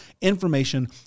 information